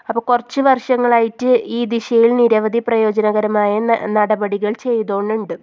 അപ്പം കുറച്ച് വർഷങ്ങളായിട്ട് ഈ ദിശയിൽ നിരവധി പ്രയോജനകരമായ നടപടികൾ ചെയ്തു കൊണ്ട് ഉണ്ട്